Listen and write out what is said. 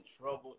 trouble